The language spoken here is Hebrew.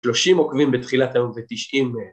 שלושים עוקבים בתחילת היום ותשעים